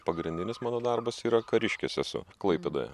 pagrindinis mano darbas yra kariškis esu klaipėdoje